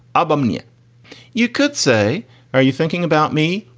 ah bunya you could say are you thinking about me.